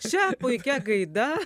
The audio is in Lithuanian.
šia puikia gaida